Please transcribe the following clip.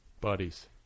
buddies